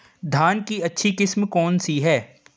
धान की अच्छी किस्म कौन सी है?